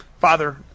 father